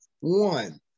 One